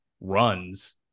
runs